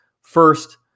First